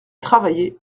travailler